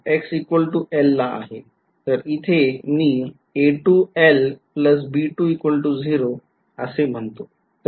पुढची condition ला आहे तर इथे मी असे म्हणतो